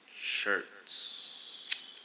shirts